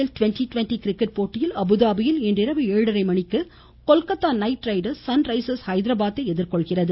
L twenty twenty cricket போட்டியில் அபுதாபியில் இன்றிரவு ஏழரை மணிக்கு கொல்கத்தா நைட்ரைடர்ஸ் சன்ரைசர்ஸ் ஹைதராபாத்தை எதிர்கொள்கிறது